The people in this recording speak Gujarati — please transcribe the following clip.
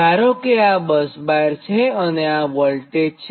ધારો કે આ બસબાર છે અને આ વોલ્ટેજ છે